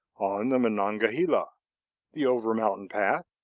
on the monongahela the over-mountain path